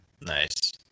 Nice